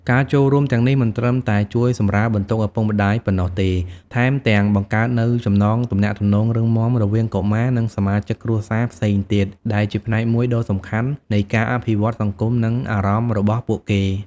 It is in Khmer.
ការចូលរួមទាំងនេះមិនត្រឹមតែជួយសម្រាលបន្ទុកឪពុកម្ដាយប៉ុណ្ណោះទេ ថែមទាំងបង្កើតនូវចំណងទំនាក់ទំនងរឹងមាំរវាងកុមារ និងសមាជិកគ្រួសារផ្សេងទៀត ដែលជាផ្នែកមួយដ៏សំខាន់នៃការអភិវឌ្ឍន៍សង្គម និងអារម្មណ៍របស់ពួកគេ។